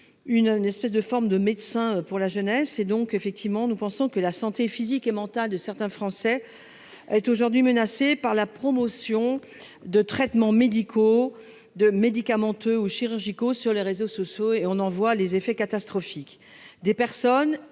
une espèce de forme de médecins pour la jeunesse et donc effectivement, nous pensons que la santé physique et mentale de certains français. Est aujourd'hui menacée par la promotion de traitements médicaux de médicamenteux ou chirurgicaux sur les réseaux sociaux et on en voit les effets catastrophiques des personnes